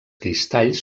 cristalls